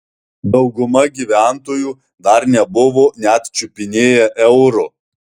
dauguma gyventojų dar nebuvo net čiupinėję euro